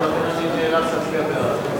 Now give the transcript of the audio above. ולכן אני נאלץ להצביע בעד.